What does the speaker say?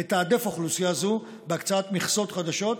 לתעדף אוכלוסייה זו בהקצאת מכסות חדשות,